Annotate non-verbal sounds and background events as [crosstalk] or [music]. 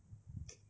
[noise]